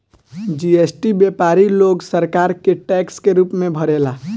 GST व्यापारी लोग सरकार के टैक्स के रूप में भरेले